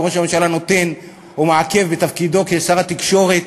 וראש הממשלה נותן או מעכב בתפקידו כשר התקשורת